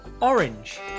Orange